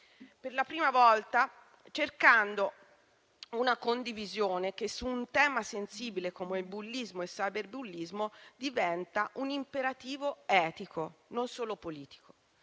per la prima volta cercando una condivisione che, su un tema sensibile come il bullismo e cyberbullismo, diventa un imperativo etico e non solo politico.